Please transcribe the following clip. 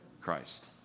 Christ